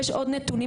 ויש עוד נתונים,